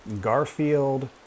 Garfield